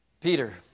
Peter